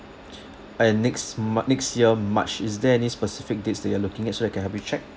and next ma~ next year march is there any specific dates that you are looking at so I can help you check